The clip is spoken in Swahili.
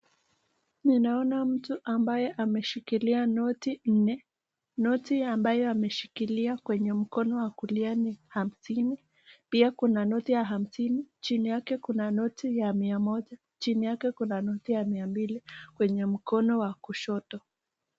Naona mtu ambaye ameshikilia noti nne. Noti ambayo ameshikilia kwenye mkono wa kulia ni hamsini, pia kuna noti ya hamsini chini yake kuna noti ya mia moja, chini yake kuna noti ya mia mbili kwenye mkono wa kushoto.